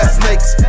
snakes